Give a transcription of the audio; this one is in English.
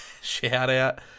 shout-out